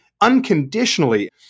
unconditionally